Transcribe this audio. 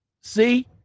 See